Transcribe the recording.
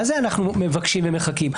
מה זה אנחנו מבקשים ומחכים?